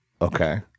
Okay